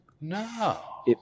No